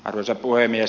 arvoisa puhemies